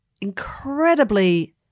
incredibly